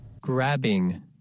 Grabbing